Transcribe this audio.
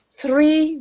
three